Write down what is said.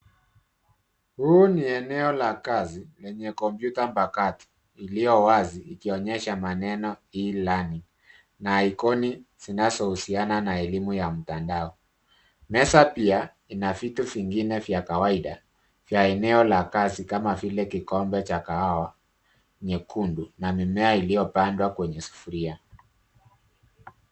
Huu ni eneo la kazi lenye kompyuta mpakato iliyo wazi ikionyesha maneno e-learning na ikoni zinazouhusiana na elimu ya mtandao. Meza pia ina vitu vingine vya kawaida vya eneo ya kazi kama vile kikombe cha kahawia nyekundu na mimea iliyopandwa kwenye sufuria.